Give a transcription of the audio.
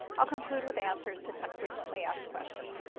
i'll conclude with answers to some frequently asked questions.